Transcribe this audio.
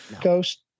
Ghost